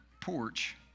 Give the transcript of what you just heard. porch